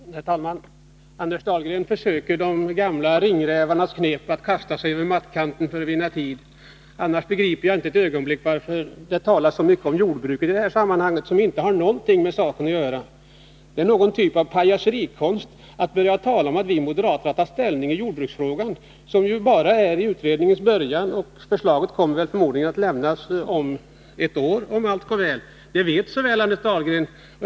Herr talman! Anders Dahlgren försöker de gamla ringrävarnas knep att kasta sig över mattkanten för att vinna tid. Annars begriper jag inte ett ögonblick varför det i det här sammanhanget talas så mycket om jordbruket, Nr 48 som inte har någonting med saken att göra. Torsdagen den Det är någon typ av pajaserikonst att börja tala om att vi moderater tar 10 december 1981 ställning i jordbruksfrågan. Den har ju utredningen just börjat med, och dess förslag kommer, om allt går väl, att lämnas om ett år. Lag om spridning Allt detta vet Anders Dahlgren så väl.